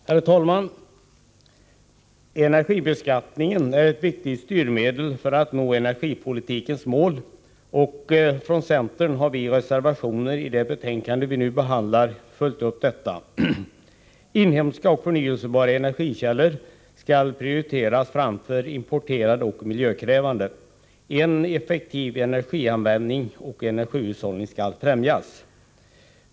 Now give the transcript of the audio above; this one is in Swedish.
Herr talman! Energibeskattningen är ett viktigt styrmedel för att nå energipolitikens mål, och vi från centern har i reservationer i det betänkande som nu behandlas följt upp detta. Inhemska och förnyelsebara energikällor skall prioriteras framför importerade och miljökrävande. En effektivare energianvändning och energihushållning skall främjas.